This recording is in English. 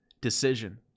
decision